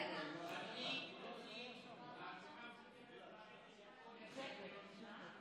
אני מודיע שהרשימה המשותפת מורידה את כל ההסתייגות שלה.